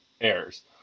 errors